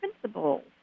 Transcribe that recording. principles